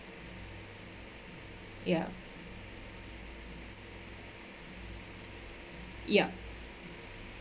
ya ya